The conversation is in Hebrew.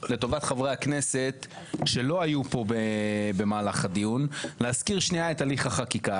לטובת חברי הכנסת שלא היו פה במהלך הדיון להזכיר שנייה את הליך החקיקה.